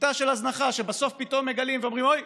שיטה של הזנחה שבסוף פתאום מגלים ואומרים: אוי,